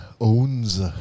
Owns